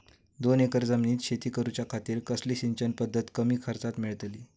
दोन एकर जमिनीत शेती करूच्या खातीर कसली सिंचन पध्दत कमी खर्चात मेलतली?